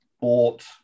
bought